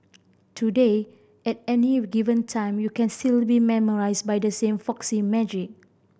today at any given time you can still be memorise by the same folksy magic